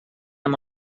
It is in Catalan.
amb